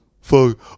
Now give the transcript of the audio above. Fuck